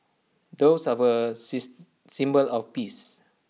doves are A says symbol of peace